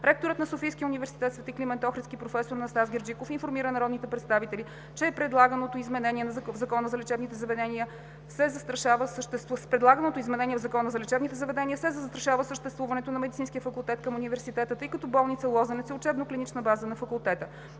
Ректорът на Софийския университет „Св. Климент Охридски“ професор Анастас Герджиков информира народните представители, че с предлаганото изменение в Закона за лечебните заведения се застрашава съществуването на Медицинския факултет към университета, тъй като болница „Лозенец“ е учебно-клинична база на Факултета.